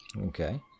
Okay